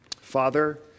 Father